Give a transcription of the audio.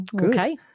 okay